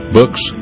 books